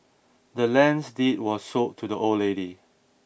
the land's deed was sold to the old lady